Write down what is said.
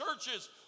churches